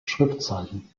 schriftzeichen